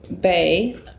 bay